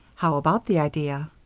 how about the idea?